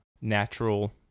natural